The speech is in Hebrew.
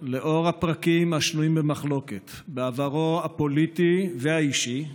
לנוכח הפרקים השנויים במחלוקת בעברו הפוליטי והאישי,